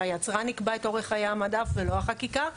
שהיצרן ייקבע את אורך חיי המדף ולא החקיקה.